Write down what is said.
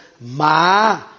Ma